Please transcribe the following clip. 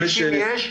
850 יש?